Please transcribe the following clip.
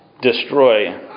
destroy